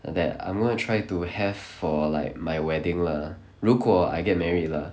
that I'm going to try to have for like my wedding lah 如果 I get married lah